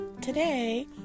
Today